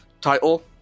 title